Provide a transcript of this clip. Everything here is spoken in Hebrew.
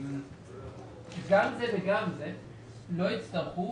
גם זה וגם זה לא יצטרכו